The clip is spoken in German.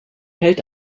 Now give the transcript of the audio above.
hält